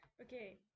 okay